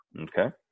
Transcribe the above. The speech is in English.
Okay